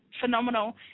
Phenomenal